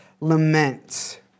lament